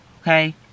Okay